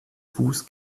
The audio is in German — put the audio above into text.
fuß